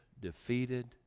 defeated